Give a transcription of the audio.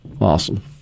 Awesome